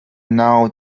now